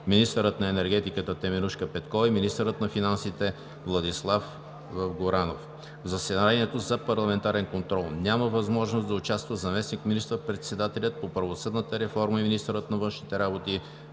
министърът на енергетиката Теменужка Петкова и министърът на финансите Владислав Горанов. В заседанието за парламентарен контрол няма възможност да участва заместник министър-председателят по правосъдната реформа и министър на външните работи